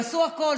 הם עשו הכול,